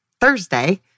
Thursday